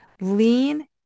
Lean